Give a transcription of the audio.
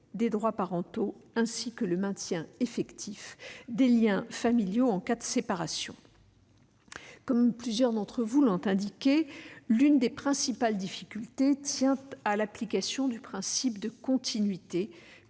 des droits parentaux, ainsi que le maintien effectif des liens familiaux en cas de séparation. Comme plusieurs d'entre vous l'ont indiqué, l'une des principales difficultés tient à l'application du principe de continuité,